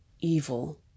evil